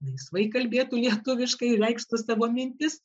laisvai kalbėtų lietuviškai reikštų savo mintis